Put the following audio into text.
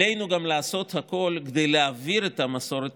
עלינו גם לעשות הכול כדי להעביר את המסורת